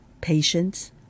Patience